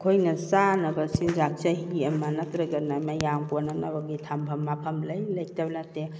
ꯑꯩꯈꯣꯏꯅ ꯆꯥꯅꯕ ꯆꯤꯟꯖꯥꯛ ꯆꯍꯤ ꯑꯃ ꯅꯠꯇ꯭ꯔꯒꯅ ꯃꯌꯥꯝ ꯀꯣꯟꯅꯅꯕꯒꯤ ꯊꯝꯐꯝ ꯃꯐꯝ ꯂꯩ ꯂꯩꯇꯕ ꯅꯠꯇꯦ